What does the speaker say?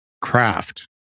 craft